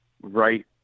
right